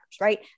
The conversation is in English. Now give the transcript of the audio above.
Right